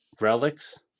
relics